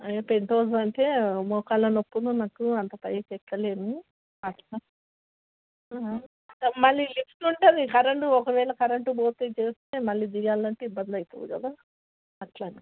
pent house అంటే మోకాళ్ళ నొప్పులు నాకు అంత పైకి ఎక్కలేను అట్లా మళ్ళీ లిఫ్ట్ ఉంటే మళ్ళీ కరెంటు ఒకవేళ కరెంటు పోతే చేస్తే మళ్ళీ దిగాలంటే ఇబ్బందవుతుంది కదా అట్లా అని